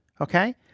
Okay